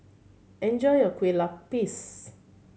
enjoy your kue lupis